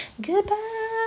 goodbye